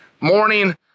morning